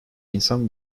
insan